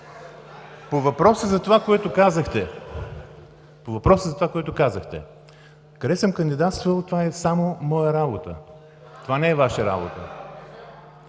По въпроса за това, което казахте. Къде съм кандидатствал, това е само моя работа, това не е Ваша работа.